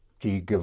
Die